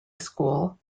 school